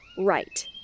Right